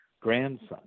grandson